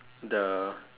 the